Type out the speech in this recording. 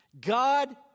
God